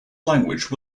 language